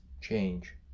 change